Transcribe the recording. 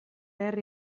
herri